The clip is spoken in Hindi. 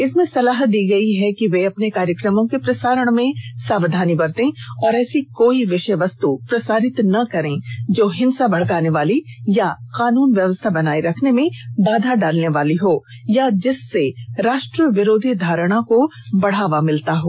इसमें सलाह दी गई है कि वे अपने कार्यक्रमों के प्रसारण में सावधानी बरतें और ऐसी कोई विषय वस्तु प्रसारित न करें जो हिंसा भड़काने वाली अथवा कानून व्यवस्था बनाए रखने में बाधा डालने वाली हो या जिससे राष्ट्र विरोधी धारणा को बढावा मिलता हो